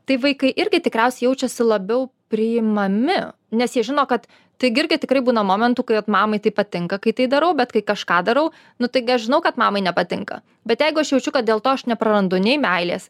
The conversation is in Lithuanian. tai vaikai irgi tikriausiai jaučiasi labiau priimami nes jie žino kad taigi irgi tikrai būna momentų kai vat mamai tai patinka kai tai darau bet kai kažką darau nu taigi aš žinau kad mamai nepatinka bet jeigu aš jaučiu kad dėl to aš neprarandu nei meilės